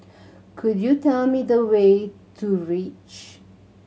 could you tell me the way to Reach